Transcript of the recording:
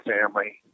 family